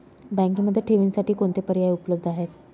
बँकेमध्ये ठेवींसाठी कोणते पर्याय उपलब्ध आहेत?